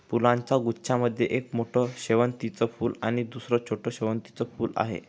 फुलांच्या गुच्छा मध्ये एक मोठं शेवंतीचं फूल आणि दुसर छोटं शेवंतीचं फुल आहे